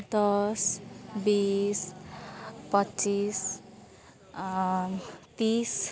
दस बिस पच्चिस तिस